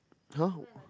!huh!